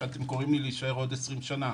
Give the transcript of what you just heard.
שאתם קוראים לי להישאר עוד 20 שנה.